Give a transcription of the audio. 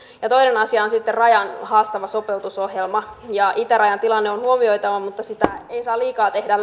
toinen asia on sitten rajan haastava sopeutusohjelma itärajan tilanne on huomioitava mutta sitä ei saa liikaa tehdä